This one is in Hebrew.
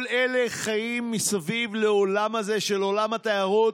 כל אלה חיים מסביב לעולם הזה של עולם התיירות,